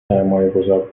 سرمایهگذار